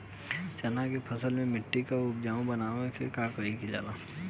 चन्ना के फसल में मिट्टी के उपजाऊ बनावे ला का कइल जाला?